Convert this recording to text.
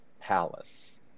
palace